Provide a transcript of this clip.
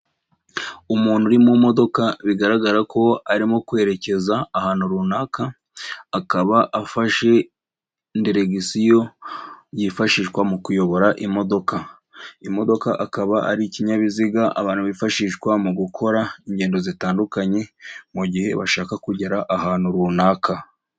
Umuntu uri mu modoka bigaragara ko arimo kwerekeza ahantu runaka. Akaba afashe deregisiyo yifashishwa mu kuyobora imodoka. Imodoka akaba ari ikinyabiziga abantu bifashishwa mu gukora ingendo zitandukanye mu gihe bashaka kugera ahantu runaka.